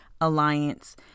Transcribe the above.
Alliance